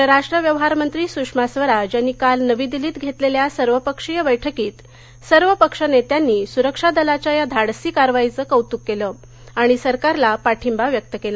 परराष्ट्र व्यवहार मंत्री सुषमा स्वराज यांनी काल नवी दिल्लीत घेतलेल्या सर्व पक्षीय बैठकीत सर्व पक्ष नेत्यांनी सुरक्षा दलाच्या या धाडसी कारवाईचं कौतुक केलं आणि सरकारला पाठींबा व्यक्त करण्यात आला